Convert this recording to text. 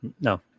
No